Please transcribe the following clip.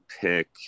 pick